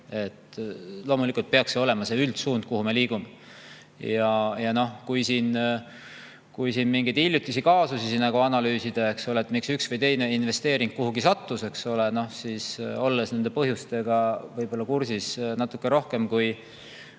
Loomulikult peaks see olema see üldsuund, kuhu me liigume. Ja noh, kui siin mingeid hiljutisi kaasusi analüüsida, miks üks või teine investeering kuhugi sattus, eks ole, olles nende põhjustega kursis natuke rohkem, kui